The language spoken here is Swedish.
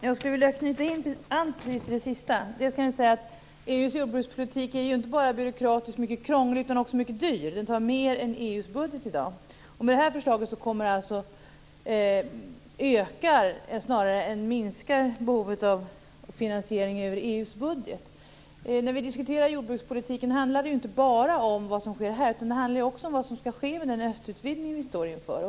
Fru talman! Jag skulle vilja knyta an till det senaste. EU:s jordbrukspolitik är ju inte bara byråkratiskt mycket krånglig utan också mycket dyr. Den kräver mer än EU:s budget i dag. Med det här förslaget ökar snarare än minskar behovet av finansiering över EU:s budget. När vi diskuterar jordbrukspolitiken handlar det inte bara om vad som sker här, utan det handlar också om vad som skall ske med den östutvidgning vi står inför.